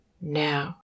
now